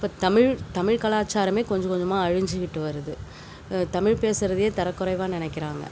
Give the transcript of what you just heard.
இப்போ தமிழ் தமிழ் கலாச்சாரமே கொஞ்சம் கொஞ்சமாக அழிஞ்சிகிட்டு வருது தமிழ் பேசுகிறதையே தரக்குறைவாக நினைக்கிறாங்க